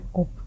up